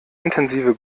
intensive